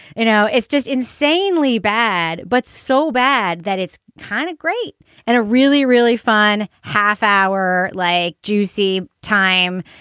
you know, it's just insanely bad, but so bad that it's kind of great and a really, really fun half hour, like juicy time,